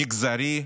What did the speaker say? מגזרי,